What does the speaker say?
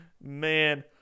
Man